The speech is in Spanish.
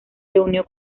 reunió